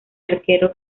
arquero